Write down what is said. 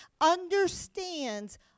understands